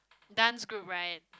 dance group right